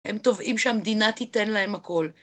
הם תובעים שהמדינה תיתן להם הכל.